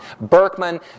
Berkman